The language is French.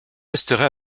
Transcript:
resterait